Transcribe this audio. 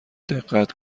دقت